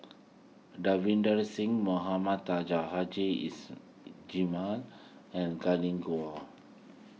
Davinder Singh Mohamed Taji Haji is Jamil and Glen Goei